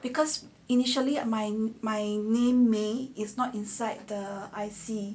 because initially my my name may is not inside the I_C